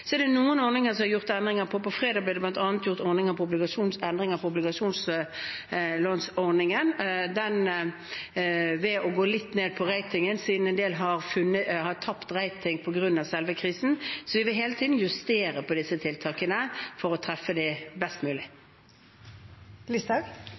er noen ordninger det er gjort endringer i. På fredag ble det bl.a. gjort endringer på obligasjonslånsordningen ved å gå litt ned på ratingen, siden en del har tapt rating på grunn av selve krisen. Vi vil hele tiden justere disse tiltakene for å treffe best